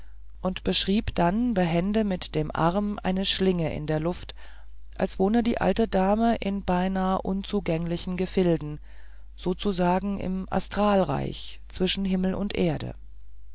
und beschrieb dann behende mit dem arm eine schlinge in der luft als wohne die alte dame in beinahe unzugänglichen gefilden sozusagen im astralreich zwischen himmel und erde